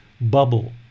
bubble